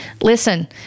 Listen